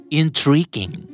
intriguing